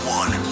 one